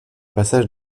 passage